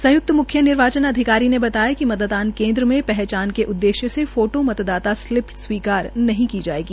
संय्क्त म्ख्य निर्वाचन अधिकारी ने बताया कि मतदान केंद्र में पहचान के उद्देश्य से फोटो मतदाता स्लिप स्वीकार नहीं की जाएगी